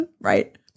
Right